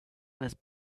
was